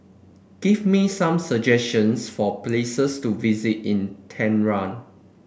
give me some suggestions for places to visit in Tehran